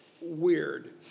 weird